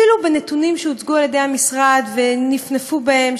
אפילו בנתונים שהוצגו על-ידי המשרד ונפנפו בהם,